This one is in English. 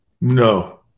No